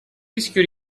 rischio